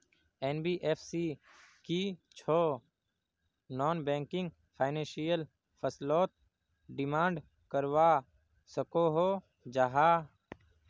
NBFC की छौ non banking financial फसलोत डिमांड करवा सकोहो जाहा?